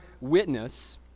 witness